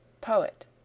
Poet